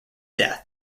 death